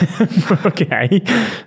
Okay